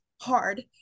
hard